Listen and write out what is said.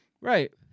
Right